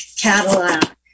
Cadillac